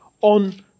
on